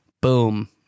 boom